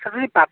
sir ଯଦି